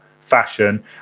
fashion